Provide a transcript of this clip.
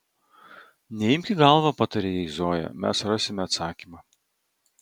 neimk į galvą patarė jai zoja mes rasime atsakymą